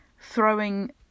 throwing